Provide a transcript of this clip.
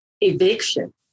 Eviction